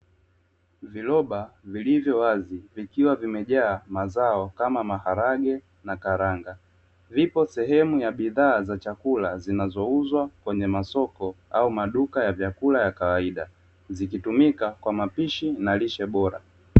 Viroba vilivyowazi vikiwa vimejaa mazao kama maharage na karanga vipo sehemu yabidhaa za chakula zinazouzwa kwenye masoko au maduka ya chakula ya kawaida zikitumika kwa mapishi na lishe bora.